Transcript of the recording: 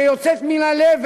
שיוצאת מן הלב.